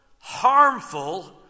harmful